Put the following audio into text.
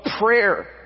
prayer